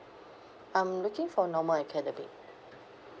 I'm looking for normal academic